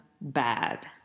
bad